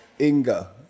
inga